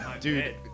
Dude